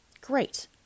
Great